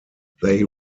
they